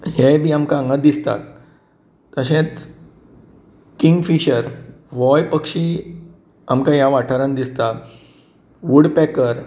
हेय बी आमकां हांगा दिसतात तशेंच किंगफीशर होवूय पक्षी आमकां ह्या वाठरान दिसता उडपॅकर